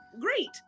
great